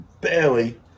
Barely